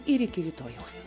ir iki rytojaus